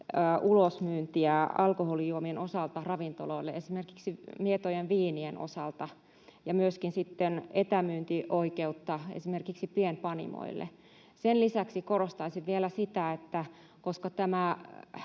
ulosmyyntiä ravintoloille esimerkiksi mietojen viinien osalta ja myöskin sitten etämyyntioikeutta esimerkiksi pienpanimoille. Sen lisäksi korostaisin vielä sitä, että koska tämä